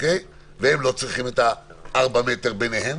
והם לא צריכים 4 מטר ביניהם.